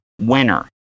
winner